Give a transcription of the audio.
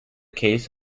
case